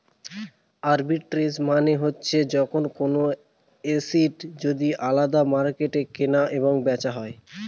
arbitrage মানে হচ্ছে যখন কোনো এসেট যদি আলাদা মার্কেটে কেনা এবং বেচা হয়